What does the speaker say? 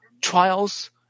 trials